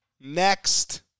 next